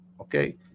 Okay